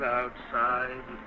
outside